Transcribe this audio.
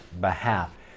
behalf